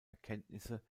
erkenntnisse